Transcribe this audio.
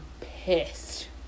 pissed